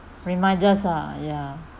reminders lah ya